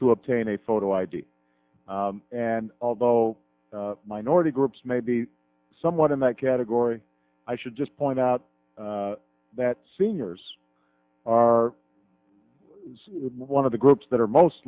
to obtain a photo id and although minority groups may be somewhat in that category i should just point out that seniors are one of the groups that are most